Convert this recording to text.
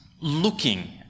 looking